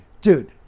Dude